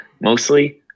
mostly